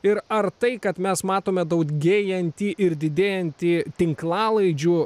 ir ar tai kad mes matome daugėjantį ir didėjantį tinklalaidžių